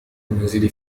المنزل